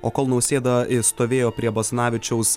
o kol nausėda stovėjo prie basanavičiaus